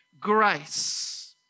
grace